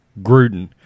Gruden